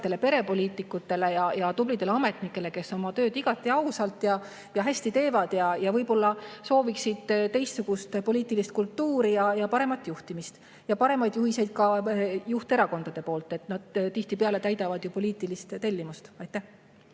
perepoliitikutele ja tublidele ametnikele, kes oma tööd igati ausalt ja hästi teevad ja võib-olla sooviksid teistsugust poliitilist kultuuri ja paremat juhtimist. Ja ka paremaid juhiseid juhterakondade poolt. Nad tihtipeale täidavad ju poliitilist tellimust. Aitäh!